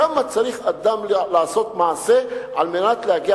כמה צריך אדם לעשות מעשה על מנת להגיע